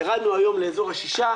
ירדנו היום לאזור ה-6%.